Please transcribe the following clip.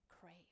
crave